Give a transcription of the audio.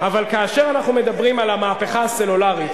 אבל כאשר אנחנו מדברים על המהפכה הסלולרית,